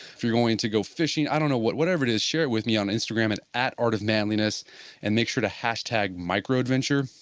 if you're going to go fishing, i don't know, whatever it is share it with me on instagram at at artofmanliness and make sure to hashtag microadventure.